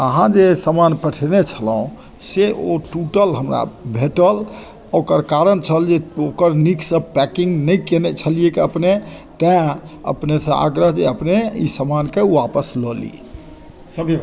अहाँ जे समान पठेने छलहुॅं से ओ टूटल हमरा भेटल ओकर कारण छल जे ओकर नीक सॅं पैकिंग नहि कयने छलियैक अपने तैं अपने सँ आग्रह जे अपने ई समान के वापस लऽ ली